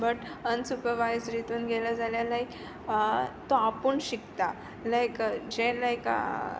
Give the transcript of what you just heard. but असुपवायजड हितून गेलो जाल्यार लायक तो आपूण शिकता लायक जे लायक